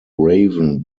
raven